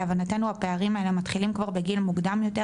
להבנתנו הפערים האלה מתחילים כבר בגיל מוקדם יותר,